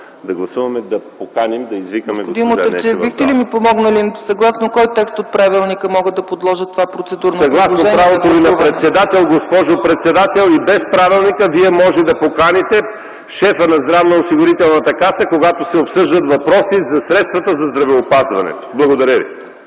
на гласуване това процедурно предложение? ПЕТЪР МУТАФЧИЕВ: Съгласно правото Ви на председател, госпожо председател. И без правилника Вие можете да поканите шефа на Здравноосигурителната каса, когато се обсъждат въпроси за средствата за здравеопазването. Благодаря ви.